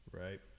Right